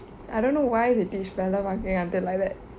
I don't know why they teach parallel parking until like that